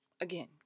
Again